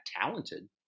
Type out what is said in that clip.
talented